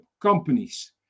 companies